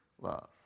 love